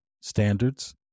standards